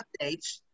updates